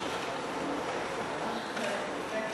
חוק למניעת אלימות במשפחה (תיקון מס' 15),